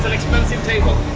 expensive table.